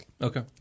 Okay